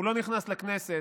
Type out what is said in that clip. הוא לא נכנס לכנסת,